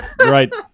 Right